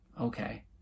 okay